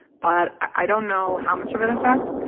but i don't know how much of an effect.